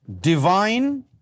Divine